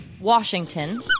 Washington